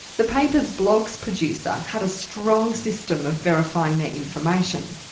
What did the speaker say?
the paper's blogs producer had a strong system of verifying their information,